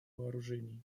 вооружений